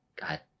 God